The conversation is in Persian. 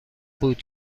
بود